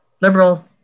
liberal